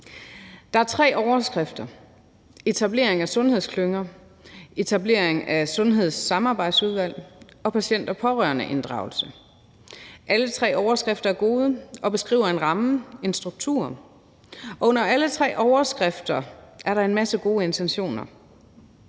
Der er tre overskrifter: etablering af sundhedsklynger, etablering af sundhedssamarbejdsudvalg og patient- og pårørendeinddragelse. Alle tre overskrifter er gode og beskriver en ramme, en struktur, og under alle tre overskrifter er der en masse gode intentioner.